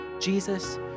Jesus